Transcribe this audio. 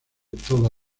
toda